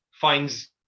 finds